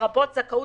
לרבות זכאות